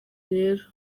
rero